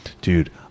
dude